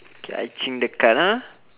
K I change the card ah